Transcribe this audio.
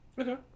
Okay